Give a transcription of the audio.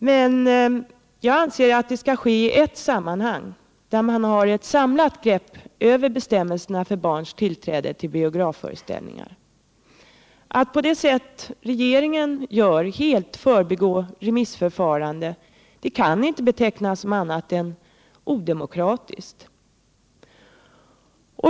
Men jag anser att den skall ske i ett sammanhang där man har ett samlat grepp över bestämmelserna för barns tillträde till biografföreställningar. Att på det sätt regeringen gör helt förbigå remissförfarandet kan inte betecknas som annat än odemokratiskt.